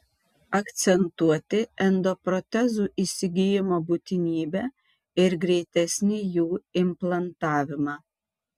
akcentuoti endoprotezų įsigijimo būtinybę ir greitesnį jų implantavimą